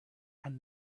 and